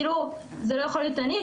כאילו זו לא יכולה להיות אני,